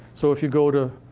so if you go to.